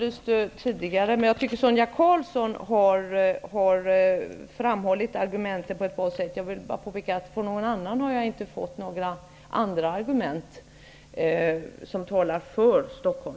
Sonia Karlsson har framhållit detta argument på ett bra sätt. Från någon annan har jag inte hört några andra argument som talar för Stockholm.